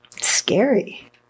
scary